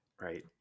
Right